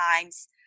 times